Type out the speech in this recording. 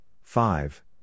five